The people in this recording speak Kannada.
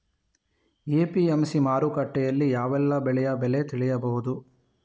ಎ.ಪಿ.ಎಂ.ಸಿ ಮಾರುಕಟ್ಟೆಯಲ್ಲಿ ಯಾವೆಲ್ಲಾ ಬೆಳೆಯ ಬೆಲೆ ತಿಳಿಬಹುದು?